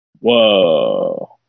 Whoa